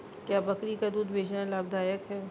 क्या बकरी का दूध बेचना लाभदायक है?